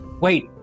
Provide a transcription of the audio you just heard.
Wait